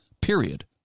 period